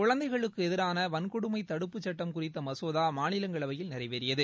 குழந்தைகளுக்கு எதிரான வன்கொடுமை தடுப்பு சுட்ட குறித்த மசோதா மாநிலங்களவையில் நிறைவேறியது